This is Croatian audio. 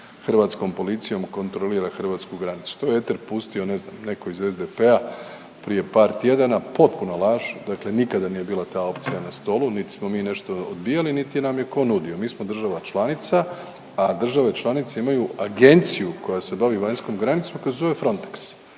hrvatskom policijom kontrolira hrvatsku granicu. To je eter pustio ne znam neko iz SDP-a prije par tjedana. Potpuna laž, dakle nikada nije bila ta opcija na stolu niti smo mi nešto odbijali niti nam je ko nudio. Mi smo država članica, a države članice imaju agenciju koja se bavi vanjskom granicom koja se zove Frontex,